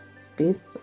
space